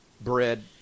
bread